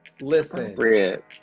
listen